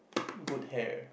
good hair